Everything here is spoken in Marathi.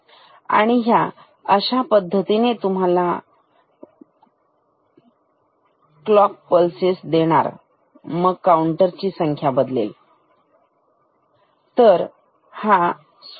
आणि ह्या अशा पद्धतीने तुम्हाला क्लॉक पल्सेस मिळतील मग काउंटर ची संख्या बदलेल वेळेनुसार बदलेल दाखवल्या प्रमाणे